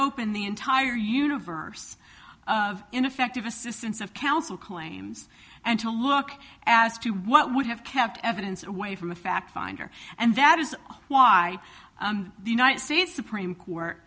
open the entire universe of ineffective assistance of counsel claims and to look as to what would have kept evidence away from the fact finder and that is why the united states supreme court